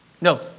No